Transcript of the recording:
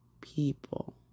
people